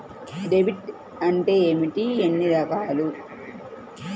Deposit అంటే ఏమిటీ ఎన్ని రకాలు?